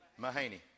Mahaney